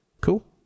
Cool